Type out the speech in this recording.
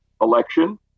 election